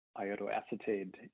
iodoacetate